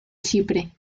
chipre